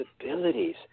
abilities